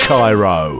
Cairo